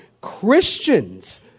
Christians